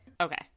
Okay